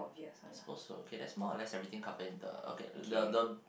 suppose so okay there's more or less everything covered in the okay the the